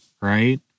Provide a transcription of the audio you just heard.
right